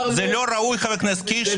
זה לא ראוי, חבר הכנסת קיש.